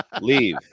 leave